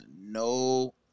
no